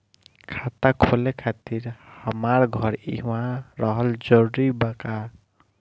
खाता खोले खातिर हमार घर इहवा रहल जरूरी बा का?